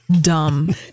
dumb